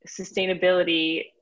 sustainability